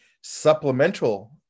supplemental